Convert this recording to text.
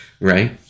right